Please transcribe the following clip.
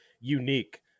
unique